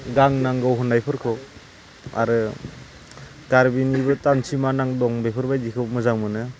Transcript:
गां नांगौ होननाय फोरखौ आरो कारबि निबो टानसिमा नां दं बेफोरबादिखौ मोजां मोनो